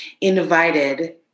invited